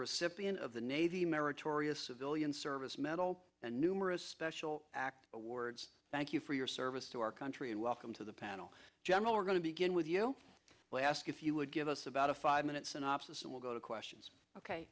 recipient of the navy meritorious civilian service medal and numerous special awards thank you for your service to our country and welcome to the panel general we're going to begin with you ask if you would give us about a five minute synopsis and we'll go to questions